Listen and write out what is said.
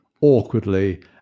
awkwardly